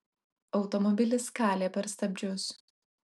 automobilis kalė per stabdžius